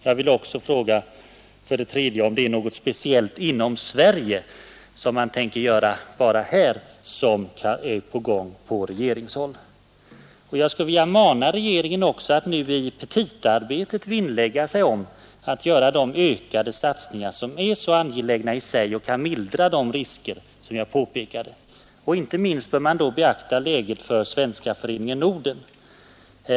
För det tredje vill jag fråga om det är någon speciell åtgärd som bara avser Sverige, som planeras på regeringshåll. Herr talman! Jag skulle vilja mana regeringen att i petitaarbetet vinnlägga sig om att göra de ökade satsningar som är så angelägna i sig och som kan mildra de risker jag nyss påpekade. Inte minst bör man då beakta läget för Svenska Föreningen Norden.